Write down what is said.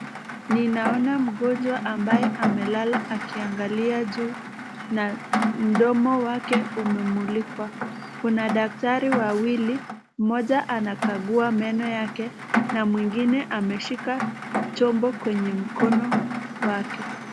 Ninaona mgonjwa ambaye amelala akiangalia juu na mdomo wake umemulikwa. Kuna daktari wawili; mmoja anakagua meno yake na mwingine ameshika chombo kwenye mkono wake.